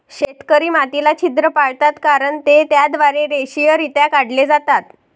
शेतकरी मातीला छिद्र पाडतात कारण ते त्याद्वारे रेषीयरित्या काढले जातात